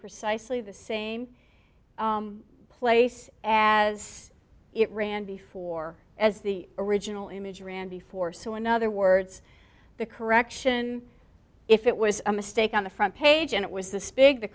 precisely the same place as it ran before as the original image ran before so in other words the correction if it was a mistake on the front page and it was this big the